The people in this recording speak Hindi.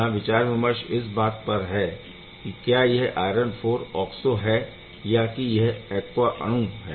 यहाँ विचार विमर्श इस बात पर है कि क्या यह आयरन IV ऑक्सो है या कि यह ऐक्वा अणु है